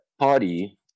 party